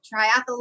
triathlon